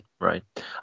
right